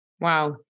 Wow